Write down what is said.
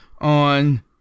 on